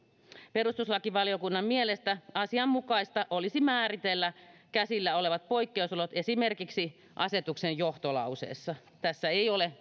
perustuslakivaliokunnan mielestä asianmukaista olisi määritellä käsillä olevat poikkeusolot esimerkiksi asetuksen johtolauseessa tässä asetuksessa ei ole